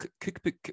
cookbook